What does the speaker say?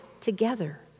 together